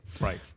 Right